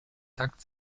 takt